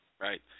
Right